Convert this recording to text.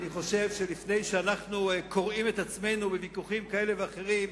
אני חושב שלפני שאנחנו קורעים את עצמנו בוויכוחים כאלה ואחרים,